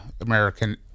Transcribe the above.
American